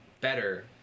better